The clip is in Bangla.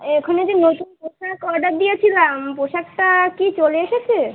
এখানে যে নতুন পোশাক অডার দিয়েছিলাম পোশাকটা কি চলে এসেছে